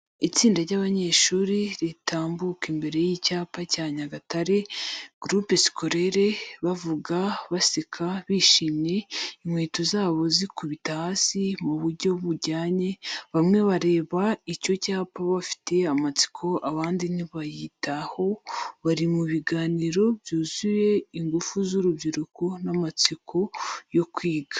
Itsinda ry’abanyeshuri ritambuka imbere y’icyapa cya Nyagatare GS, bavuga, baseka bishimye, inkweto zabo zikubita hasi mu buryo bujyanye. Bamwe bareba icyo cyapa bafite amatsiko, abandi ntibayitaho, bari mu biganiro byuzuye ingufu z’urubyiruko n'amatsiko yo kwiga.